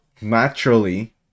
naturally